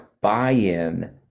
buy-in